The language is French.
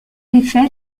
effet